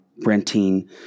Renting